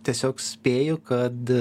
tiesiog spėju kad